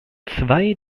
zwei